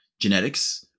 genetics